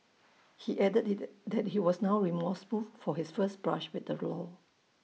he added that he was now remorseful for his first brush with the law